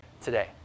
today